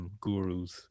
gurus